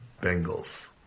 Bengals